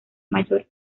mayor